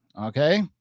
Okay